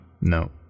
No